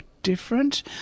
different